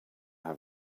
have